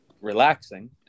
relaxing